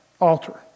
altar